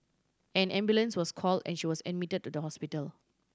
an ambulance was call and she was admitted to the hospital